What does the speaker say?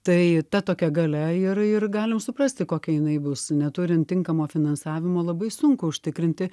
tai ta tokia galia ir ir galim suprasti kokia jinai bus neturint tinkamo finansavimo labai sunku užtikrinti